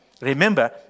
Remember